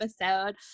episode